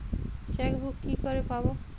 Chequebook কি করে পাবো?